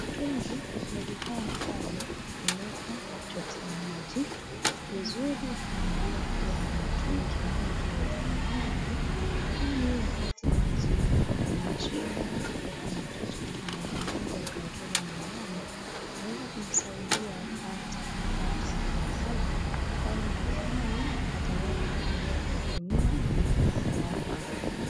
Mitungi ni vifaa ambavyo hutumika kuchotea maji, ni vizuri familia kuwa na mitungi mingi iwezekanavyo, kwani wakati maji imekuwa na shida, mtu akiwa amechota maji nyingi akaekeza nyumbani, yaweza kumsaidia ata wakati wa kiangazi, kwani maji hayo, ataweza kuyatumia kwa muda unaofaa.